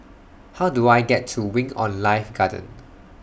How Do I get to Wing on Life Garden